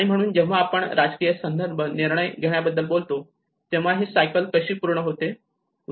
आणि म्हणून जेव्हा आपण राजकीय संदर्भात निर्णय घेण्याबद्दल बोलतो तेव्हा ही सायकल कशी पूर्ण होते